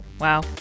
Wow